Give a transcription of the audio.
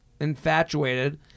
Infatuated